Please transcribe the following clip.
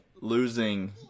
losing